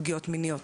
פגיעות מיניות,